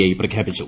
I പ്രഖ്യാപിച്ചു